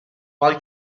while